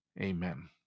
amen